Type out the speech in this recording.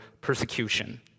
persecution